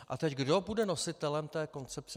A teď kdo bude nositelem té koncepce?